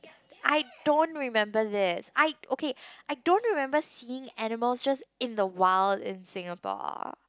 I don't remember this I okay I don't remember seeing animals just in the wild in Singapore